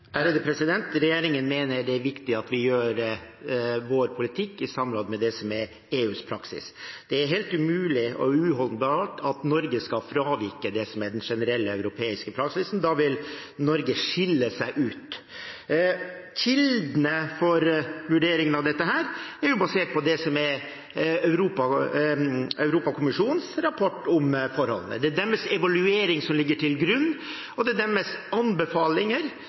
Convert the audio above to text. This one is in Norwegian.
Regjeringen mener det er viktig at vi utøver vår politikk i samråd med det som er EUs praksis. Det er helt umulig og uholdbart at Norge skal fravike det som er den generelle europeiske praksisen. Da vil Norge skille seg ut. Kildene for vurderingene av dette er basert på Europakommisjonens rapport om forholdene. Det er deres evaluering som ligger til grunn, og det er på deres anbefalinger